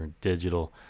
digital